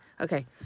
Okay